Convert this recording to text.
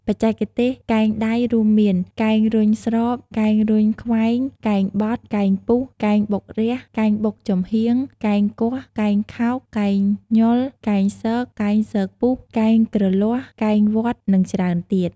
បច្ចេកទេសកែងដៃរួមមាន កែងរុញស្រប កែងរុញខ្វែង កែងបត់ កែងពុះ កែងបុករះ កែងបុកចំហៀង កែងគាស់ កែងខោក កែងញុល កែងស៊ក កែងស៊កពុះ កែងគ្រលាស់ កែងវាត់ និងច្រើនទៀត។